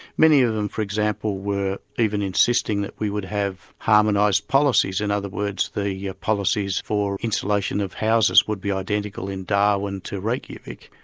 many of them for example were even insisting that we would have harmonised policies, in other words the yeah policies for insulation of houses would be identical in darwin to reykjavik.